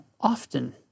Often